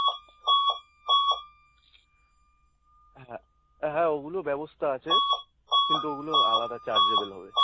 হ্যাঁ হ্যাঁ ওগুলো ব্যবস্থা আছে কিন্তু ওগুলো আলাদা চার্জেবেল হবে